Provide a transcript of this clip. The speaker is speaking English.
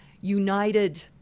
united